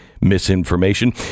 misinformation